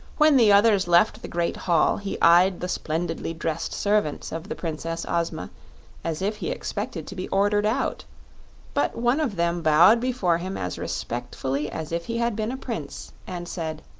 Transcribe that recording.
when the others left the great hall he eyed the splendidly dressed servants of the princess ozma as if he expected to be ordered out but one of them bowed before him as respectfully as if he had been a prince, and said